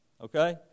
okay